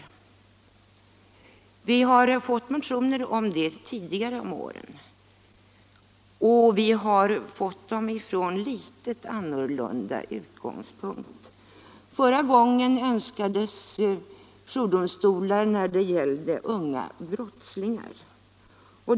Vi har fått motioner om det tidigare och då från litet annorlunda utgångspunkt. Förra gången önskades jourdomstolar för ungdomsbrottslingar.